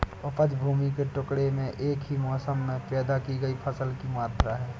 उपज भूमि के टुकड़े में एक ही मौसम में पैदा की गई फसल की मात्रा है